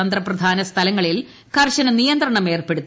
തന്ത്രപ്രധാന സ്ഥലങ്ങളിൽ കർശന നിയന്ത്രണം ഏർപ്പെടുത്തി